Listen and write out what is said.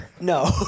No